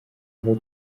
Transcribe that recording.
aho